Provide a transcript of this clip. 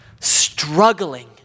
struggling